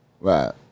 Right